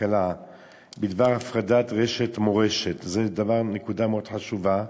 הכלכלה בדבר הפרדת רשת "מורשת" זו נקודה מאוד חשובה,